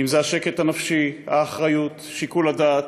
אם זה השקט הנפשי, האחריות, שיקול הדעת,